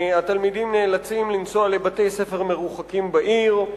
התלמידים נאלצים לנסוע לבתי-ספר מרוחקים בעיר,